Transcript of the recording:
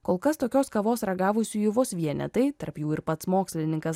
kol kas tokios kavos ragavusiųjų vos vienetai tarp jų ir pats mokslininkas